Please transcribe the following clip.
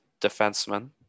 defenseman